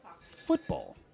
football